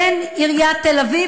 בין עיריית תל-אביב,